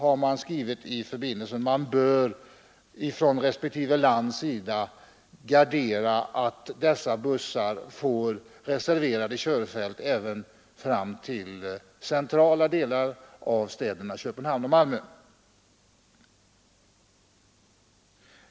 Utredningen tillägger att respektive land bör ordna så att bussarna får reserverade körfält även fram till centrala delar av städerna Köpenhamn och Malmö.